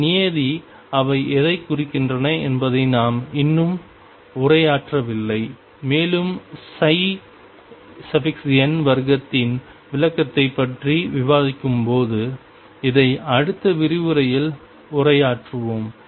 இந்த நியதி அவை எதைக் குறிக்கின்றன என்பதை நாம் இன்னும் உரையாற்றவில்லை மேலும் சை n வர்க்கத்தின் விளக்கத்தைப் பற்றி விவாதிக்கும்போது இதை அடுத்த விரிவுரையில் உரையாற்றுவோம்